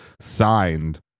signed